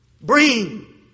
Bring